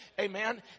Amen